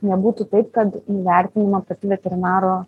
nebūtų taip kad įvertinama pati veterinaro